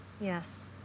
Yes